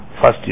First